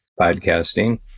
podcasting